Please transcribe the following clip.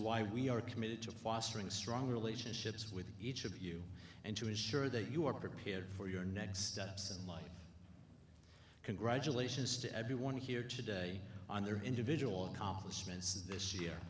why we are committed to fostering strong relationships with each of you and to ensure that you are prepared for your next steps in life congratulations to everyone here today on their individual accomplishments this year